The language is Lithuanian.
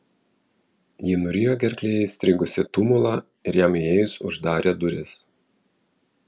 ji nurijo gerklėje įstrigusį tumulą ir jam įėjus uždarė duris